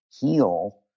heal